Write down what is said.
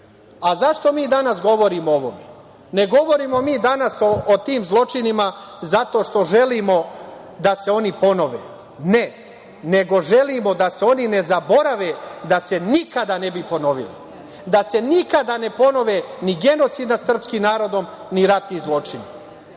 zašto mi danas govorimo o ovome? Ne govorimo mi danas o tim zločinima zato što želimo da se oni ponove. Ne, nego želimo da se oni ne zaborave, da se nikada ne bi ponovili, da se nikada ne ponove ni genocid nad srpskim narodom ni ratni zločini.